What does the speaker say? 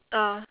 uh